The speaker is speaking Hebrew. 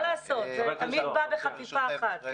מה לעשות, זה תמיד בא בכפיפה אחת.